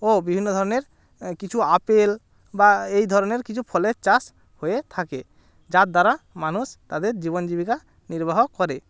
ও বিভিন্ন ধরনের কিছু আপেল বা এই ধরনের কিছু ফলের চাষ হয়ে থাকে যার দ্বারা মানুষ তাদের জীবন জীবিকা নির্বাহ করে